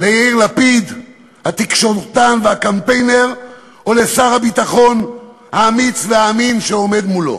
ליאיר לפיד התקשורתן והקמפיינר או לשר הביטחון האמיץ והאמין שעומד מולו,